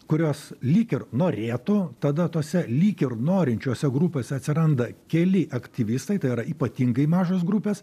kurios lyg ir norėtų tada tose lyg ir norinčiose grupėse atsiranda keli aktyvistai tai yra ypatingai mažos grupės